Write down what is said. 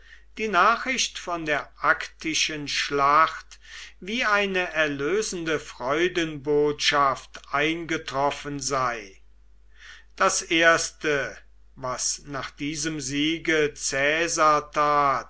die nachricht von der actischen schlacht wie eine erlösende freudenbotschaft eingetroffen sei das erste was nach diesem siege